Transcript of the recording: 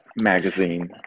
magazine